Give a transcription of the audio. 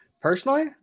Personally